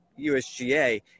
USGA